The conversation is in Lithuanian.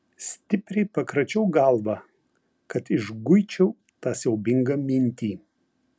stipriai pakračiau galvą kad išguičiau tą siaubingą mintį